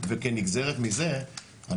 וכנגזרת מזה,